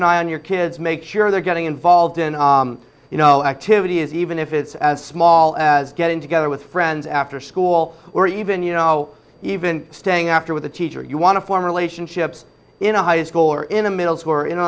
an eye on your kids make sure they're getting involved in you know activity is even if it's as small as getting together with friends after school or even you know even staying after with a teacher you want to form relationships in a high school or in a middle school or in